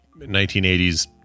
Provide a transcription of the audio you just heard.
1980s